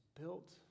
built